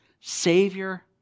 savior